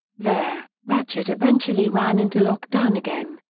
there, ratchet eventually ran into lockdown again,